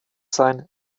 sein